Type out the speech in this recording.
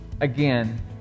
Again